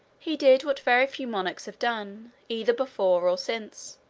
he did what very few monarchs have done, either before or since,